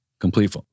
Complete